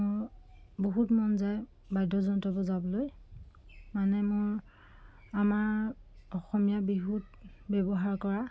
বহুত মন যায় বাদ্যযন্ত্ৰ বজাবলৈ মানে মোৰ আমাৰ অসমীয়া বিহুত ব্যৱহাৰ কৰা